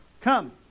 come